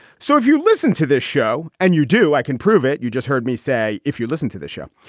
so if you listen to this show and you do, i can prove it. you just heard me say, if you listen to the show,